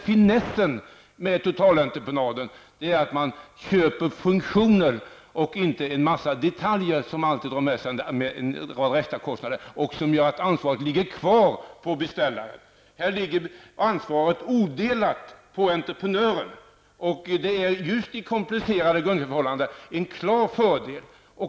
Finessen med totalentreprenad är att man köper funktioner och inte en massa detaljer som alltid drar med sig extra kostnader och som gör att ansvaret ligger kvar på beställaren. Här ligger ansvaret odelat på entreprenören. Och det är just vid komplicerade förhållanden en klar fördel.